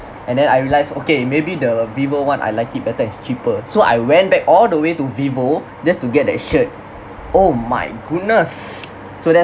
and then I realise okay maybe the vivo one I like it better it's cheaper so I went back all the way to vivo just to get the shirt oh my goodness so that's